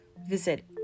visit